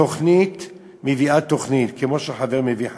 תוכנית מביאה תוכנית כמו שחבר מביא חבר.